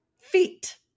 Feet